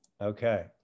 Okay